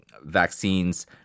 Vaccines